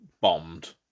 bombed